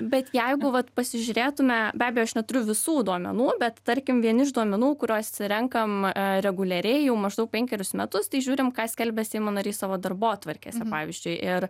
bet jeigu vat pasižiūrėtume be abejo aš neturiu visų duomenų bet tarkim vieni iš duomenų kuriuos atsirenkam reguliariai jau maždaug penkerius metus tai žiūrim ką skelbia seimo nariai savo darbotvarkėse pavyzdžiui ir